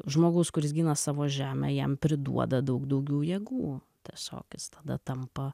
žmogaus kuris gina savo žemę jam priduoda daug daugiau jėgų tiesiog jis tada tampa